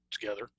together